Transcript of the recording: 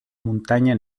muntanya